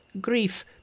grief